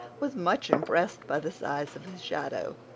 was much impressed by the size of his shadow,